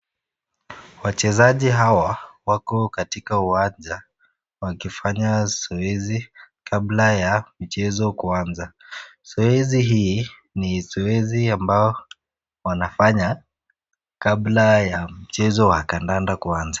Wachezaji hawa wako katika uwanja wakifanya zoezi kabla ya mchezo kuanza. Zoezi hii ni zoezi ambayo wanafanya kabla ya mchezo wa kandanda kuanza.